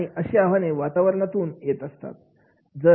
आणि अशी आव्हाने वातावरणातून येत असतात